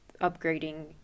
upgrading